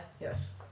Yes